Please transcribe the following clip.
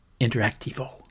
Interactivo